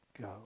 go